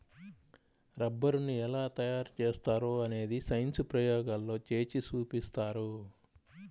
రబ్బరుని ఎలా తయారు చేస్తారో అనేది సైన్స్ ప్రయోగాల్లో చేసి చూపిస్తారు